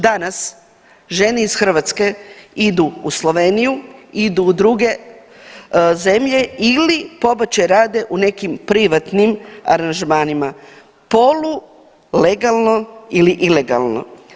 Danas žene iz Hrvatske idu u Sloveniju, idu u druge zemlje ili pobačaj rade u nekim privatnim aranžmanima polu legalno ili ilegalno.